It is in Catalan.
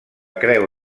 creu